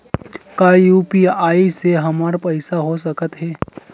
का यू.पी.आई से हमर पईसा हो सकत हे?